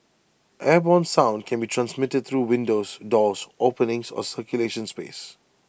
airborne sound can be transmitted through windows doors openings or circulation space